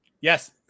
Yes